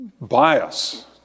bias